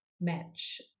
match